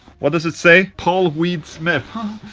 what does it say? paul reed smith.